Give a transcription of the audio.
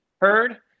heard